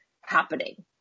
happening